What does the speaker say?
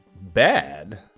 bad